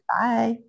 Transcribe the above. Bye